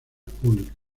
públicas